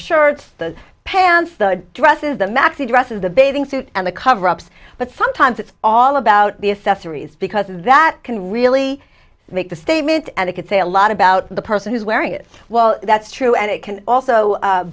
shirts the pants the dresses the maxi dress of the bathing suit and the cover ups but sometimes it's all about the effect threes because that can really make the statement and it could say a lot about the person who's wearing it well that's true and it can also